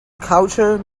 culture